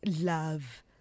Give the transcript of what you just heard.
love